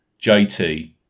JT